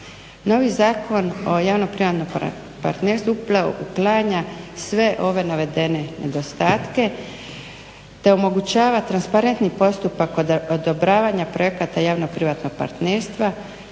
Novi Zakon o javno-privatnom partnerstvu uklanja sve ove navedene nedostatke te omogućava transparentni postupak odobravanja projekata javno-privatnog partnerstva,